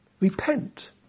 Repent